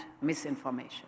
misinformation